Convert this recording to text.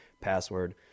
password